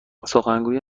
سخنگوی